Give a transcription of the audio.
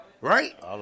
Right